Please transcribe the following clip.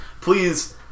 please